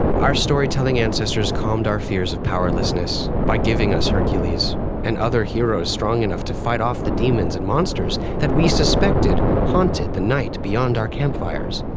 our storytelling ancestors calmed our fears of powerlessness by giving us hercules and other heroes strong enough to fight off the demons and monsters that we suspected haunted the night beyond our campfires.